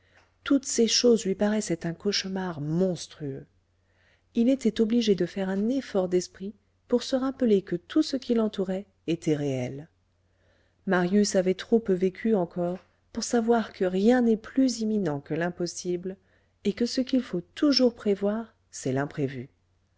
toutes ces choses lui paraissaient un cauchemar monstrueux il était obligé de faire un effort d'esprit pour se rappeler que tout ce qui l'entourait était réel marius avait trop peu vécu encore pour savoir que rien n'est plus imminent que l'impossible et que ce qu'il faut toujours prévoir c'est l'imprévu